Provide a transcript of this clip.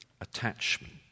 attachment